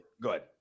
good